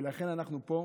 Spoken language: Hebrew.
ולכן אנחנו פה,